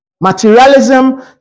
Materialism